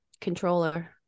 controller